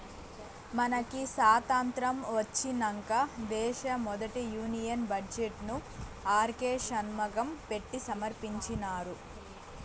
మనకి సాతంత్రం ఒచ్చినంక దేశ మొదటి యూనియన్ బడ్జెట్ ను ఆర్కే షన్మగం పెట్టి సమర్పించినారు